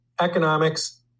economics